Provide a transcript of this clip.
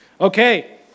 Okay